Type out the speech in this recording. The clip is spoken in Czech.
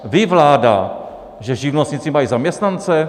Ví vláda, že živnostníci mají zaměstnance?